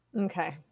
Okay